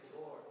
Lord